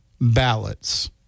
ballots